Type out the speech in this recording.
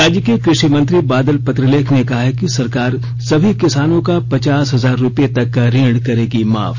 राज्य के कृषि मंत्री बादल पत्रलेख ने कहा है कि सरकार सभी किसानो का पचास हजार रूपये तक का ऋण करेगी माफ